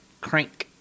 crank